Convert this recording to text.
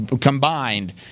combined